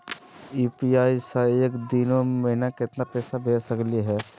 UPI स एक दिनो महिना केतना पैसा भेज सकली हे?